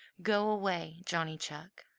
go away, johnny chuck!